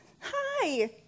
hi